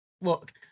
look